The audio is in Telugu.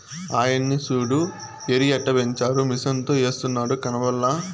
ఆయన్ని సూడు ఎరుయెట్టపెంచారో మిసనుతో ఎస్తున్నాడు కనబల్లా